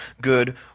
good